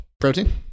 protein